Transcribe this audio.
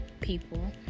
people